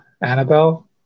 Annabelle